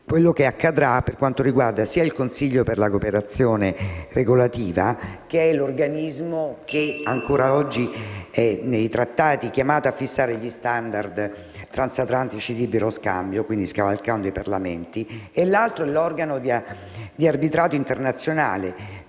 quello che accadrà sia per quanto riguarda il Consiglio per la cooperazione regolativa, che è l'organismo che ancora oggi nei trattati è chiamato a fissare gli *standard* transatlantici di libero scambio, quindi scavalcando i Parlamenti, sia per quanto concerne l'organo di arbitrato internazionale,